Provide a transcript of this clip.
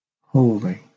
holy